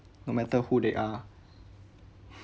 no matter who they are